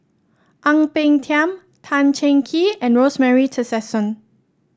Ang Peng Tiam Tan Cheng Kee and Rosemary Tessensohn